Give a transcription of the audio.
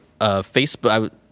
Facebook